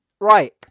Right